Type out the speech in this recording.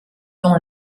dont